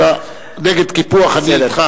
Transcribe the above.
אתה נגד קיפוח, אני אתך נגד.